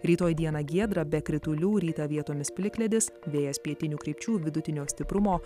rytoj dieną giedra be kritulių rytą vietomis plikledis vėjas pietinių krypčių vidutinio stiprumo